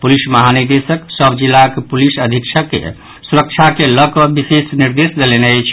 police महानिदेशक सभ जिलाक पुलिस अधीक्षक के सुरक्षा के लऽ कऽ विशेष निर्देश देलनि अछि